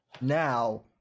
Now